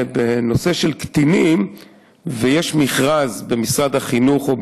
בנושא של קטינים ויש מכרז במשרד החינוך או